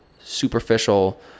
superficial